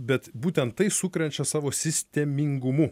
bet būtent tai sukrečia savo sistemingumu